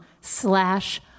slash